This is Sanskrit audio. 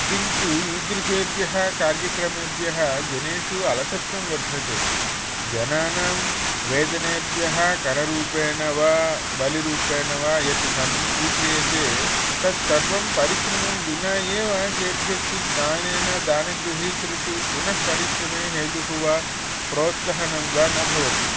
किन्तु ईदृसेभ्यः कार्यक्रमेभ्यः जनेषु अलसत्वं वर्धते जनानां वेदनेभ्यः कररूपेण वा बलिरूपेण वा यत् धनं स्वीक्रियते तत्सर्वं परिस्रमं विना एव केभ्यश्चित् दानेन दानगृहीतृषु पुनः परिश्रमे हेतुः वा प्रोत्सहनं वा न भवति